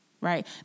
right